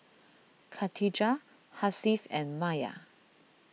Khatijah Hasif and Maya